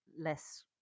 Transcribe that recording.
less